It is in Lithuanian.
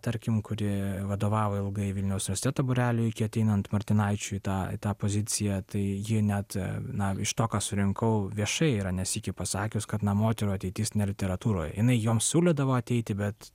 tarkim kuri vadovavo ilgai vilniaus universiteto būreliui iki ateinat martinaičiui tą į tą poziciją tai ji net na iš to ką surinkau viešai yra ne sykį pasakius kad na moterų ateitis ne literatūroj jinai joms siūlydavo ateiti bet